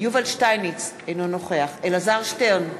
יובל שטייניץ, אינו נוכח אלעזר שטרן,